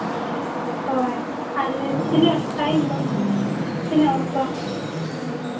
ᱦᱳᱭ ᱟᱨ ᱛᱤᱱᱟᱹᱜ ᱴᱟᱭᱤᱢ ᱫᱚ ᱛᱤᱱᱟᱹᱜ ᱚᱠᱛᱚ